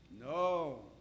No